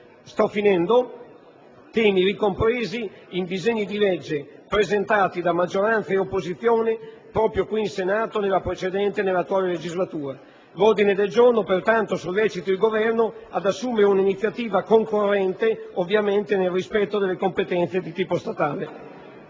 comunità; temi ricompresi in disegni di legge presentati da maggioranza e opposizione proprio qui in Senato nella precedente e nell'attuale legislatura. Pertanto, in riferimento all'ordine del giorno, sollecito il Governo ad assumere un'iniziativa concorrente nel rispetto delle competenze di tipo statale.